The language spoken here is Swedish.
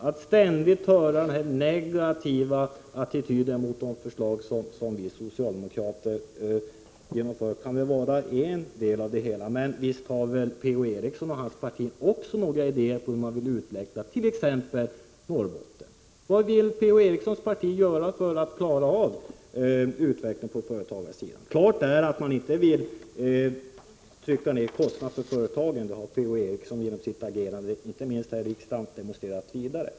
Att ständigt ha en negativ attityd till de förslag som vi socialdemokrater vill genomföra kan vara en del i det hela, men visst skulle väl Per-Ola Eriksson och hans parti också kunna ha några idéer om hur man utvecklar t.ex. Norrbotten. Vad vill Per-Ola Erikssons parti göra för att klara av utvecklingen på företagens sida? Klart är att man inte vill pressa ner kostnaderna för företagen. Det har Per-Ola Eriksson med sitt agerande, inte minst här i riksdagen, demonstrerat.